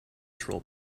troll